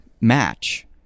match